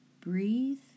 breathe